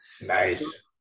Nice